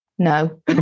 no